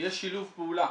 יהיה שילוב פעולה.